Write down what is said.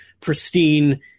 Pristine